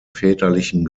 väterlichen